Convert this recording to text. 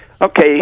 Okay